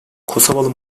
kosovalı